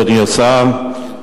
אדוני השר,